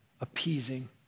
Appeasing